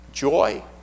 joy